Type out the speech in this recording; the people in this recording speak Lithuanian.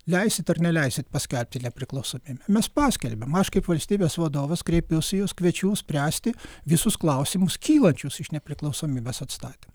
leisit ar neleisit paskelbti nepriklausomybę mes paskelbėm aš kaip valstybės vadovas kreipiuos į jus kviečiu spręsti visus klausimus kylančius iš nepriklausomybės atstatymo